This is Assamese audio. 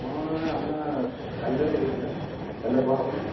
মই আপোনাৰ কাইলৈ লাগিছিলে কাইলৈ পোৱা হ'বনে